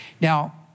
Now